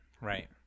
right